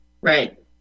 Right